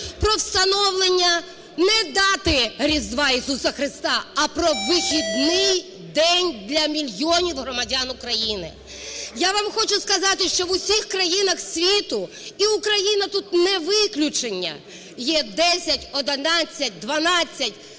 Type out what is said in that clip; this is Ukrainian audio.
про встановлення не дати Різдва Ісуса Христа, а про вихідний день для мільйонів громадян України. Я вам хочу сказати, що у всіх країнах світу, і Україна тут не виключення, є 10, 11, 12,